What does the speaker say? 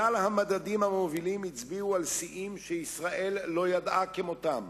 כל המדדים המובילים הצביעו על שיאים שישראל לא ידעה כמותם.